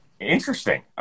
Interesting